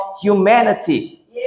humanity